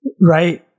right